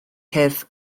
cyrff